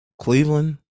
Cleveland